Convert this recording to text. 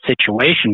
situation